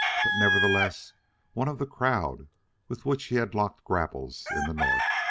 but nevertheless one of the crowd with which he had locked grapples in the north.